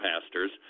pastors